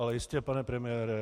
Ale jistě, pane premiére.